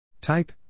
Type